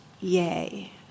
yay